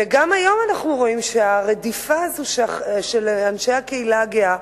וגם היום אנחנו רואים שהרדיפה של אנשי הקהילה הגאה,